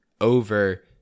over